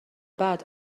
بعد